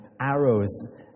arrows